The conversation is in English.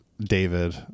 david